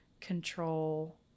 control